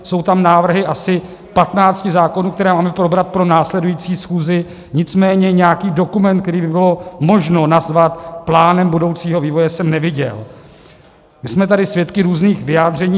Jsou tam návrhy asi patnácti zákonů, které máme probrat pro následující schůzi, nicméně nějaký dokument, který by bylo možno nazvat plánem budoucího vývoje, jsem neviděl, jsme tady svědky různých vyjádření.